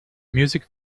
music